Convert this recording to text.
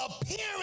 appearance